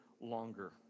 longer